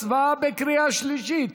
הצבעה בקריאה שלישית.